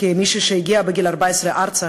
כמישהי שהגיעה בגיל 14 ארצה